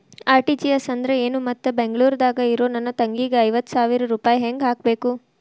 RTGS ಅಂದ್ರ ಏನು ಮತ್ತ ಬೆಂಗಳೂರದಾಗ್ ಇರೋ ನನ್ನ ತಂಗಿಗೆ ಐವತ್ತು ಸಾವಿರ ರೂಪಾಯಿ ಹೆಂಗ್ ಹಾಕಬೇಕು?